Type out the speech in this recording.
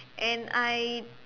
and I